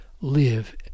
live